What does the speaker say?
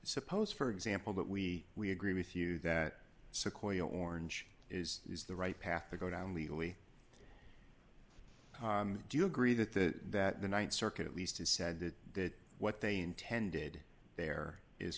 suppose for example that we we agree with you that sequoia orange is is the right path to go down legally do you agree that the that the th circuit at least has said that that what they intended there is